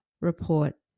report